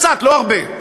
קצת, לא הרבה.